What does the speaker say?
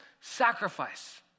sacrifice